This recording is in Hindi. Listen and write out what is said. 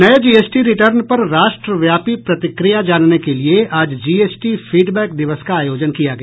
नये जीएसटी रिटर्न पर राष्ट्रव्यापी प्रतिक्रिया जानने के लिये आज जीएसटी फीडबैक दिवस का आयोजन किया गया